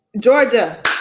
georgia